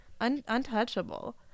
Untouchable